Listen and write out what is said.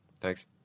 thanks